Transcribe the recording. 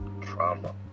trauma